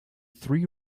three